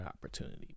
opportunity